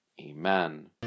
Amen